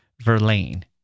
Verlaine